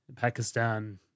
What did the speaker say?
Pakistan